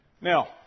Now